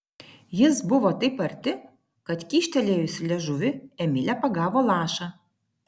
jis buvo taip arti kad kyštelėjusi liežuvį emilė pagavo lašą